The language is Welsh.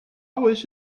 oes